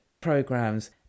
programs